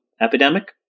epidemic